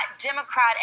Democrat